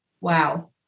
Wow